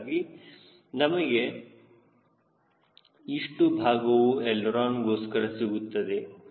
ಹೀಗಾಗಿ ನಮಗೆ ಇಷ್ಟು ಜಾಗವು ಎಳಿರೋನಗೋಸ್ಕರ ಸಿಗುತ್ತದೆ